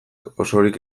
osorik